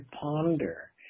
ponder